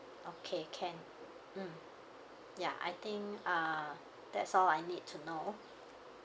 okay can mm ya I think uh that's all I need to know